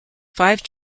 five